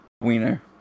Wiener